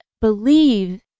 believe